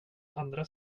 andra